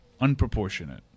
unproportionate